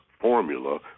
formula